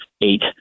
eight